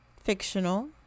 fictional